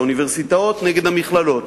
האוניברסיטאות נגד המכללות,